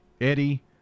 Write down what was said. Eddie